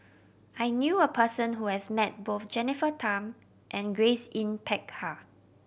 I knew a person who has met both Jennifer Tham and Grace Yin Peck Ha